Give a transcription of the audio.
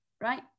Right